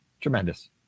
tremendous